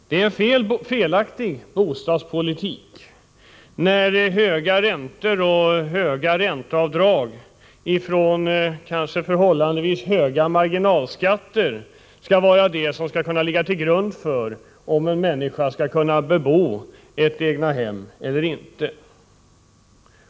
Det är en felaktig bostadspolitik som bedrivs när höga räntor och höga ränteavdrag — från inkomster med kanske förhållandevis hög marginalskatt — skall vara det som ligger till grund för om en människa skall kunna bebo ett egnahem eller inte.